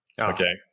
okay